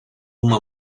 uma